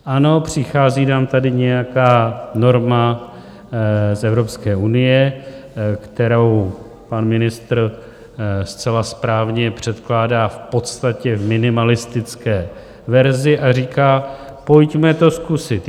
Ano, přichází nám tady nějaká norma z Evropské unie, kterou pan ministr zcela správně předkládá v podstatě v minimalistické verzi a říká, pojďme to zkusit.